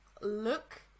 look